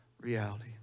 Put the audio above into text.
reality